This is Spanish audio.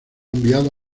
enviado